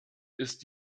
ist